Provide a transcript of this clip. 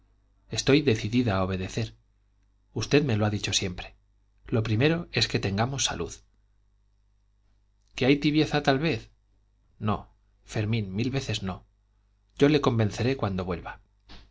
estoy decidida a obedecer usted me lo ha dicho siempre lo primero es que tengamos salud que hay tibieza tal vez no fermín mil veces no yo le convenceré cuando vuelva